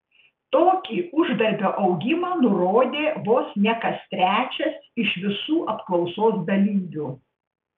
tokį uždarbio augimą nurodė vos ne kas trečias iš visų apklausos dalyvių